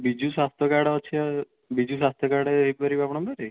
ବିଜୁ ସ୍ୱାସ୍ଥ୍ୟ କାର୍ଡ୍ ଅଛି ବିଜୁ ସ୍ୱାସ୍ଥ୍ୟ କାର୍ଡ ହେଇପାରିବ ଆପଣଙ୍କ ପାଖରେ